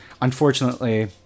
Unfortunately